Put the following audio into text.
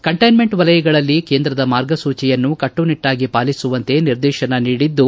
containment ವಲಯಗಳಲ್ಲಿ ಕೇಂದ್ರದ ಮಾರ್ಗಸೂಚಿಯನ್ನು ಕಟ್ಟನಿಟ್ಟಾಗಿ ಪಾಲಿಸುವಂತೆ ನಿರ್ದೇಶನ ನೀಡಿದ್ದು